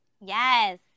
Yes